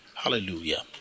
Hallelujah